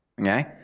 Okay